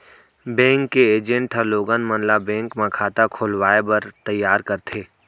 bank के agent ह लोगन मन ल बेंक म खाता खोलवाए बर तइयार करथे